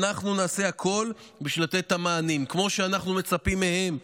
ואנחנו נעשה הכול כדי לתת את המענים כמו שאנחנו מצפים מהם.